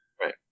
Right